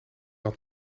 had